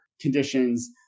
conditions